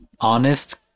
honest